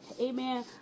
Amen